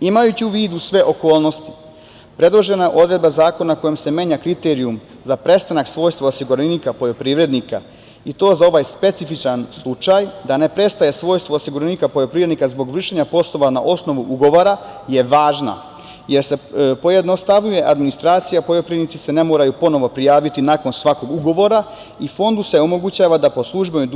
Imajući u vidu sve okolnosti predložena odredba zakona kojom se menja kriterijum za prestanak svojstvo osiguranika poljoprivrednika i to za ovaj specifičan slučaj, da ne prestaje svojstvo osiguranika poljoprivrednika zbog vršenja poslova na osnovu ugovora je važna, jer se pojednostavljuje administracija, poljoprivrednici se ne moraju ponovo prijaviti nakon svakog ugovora, i fondu se omogućava da po službenoj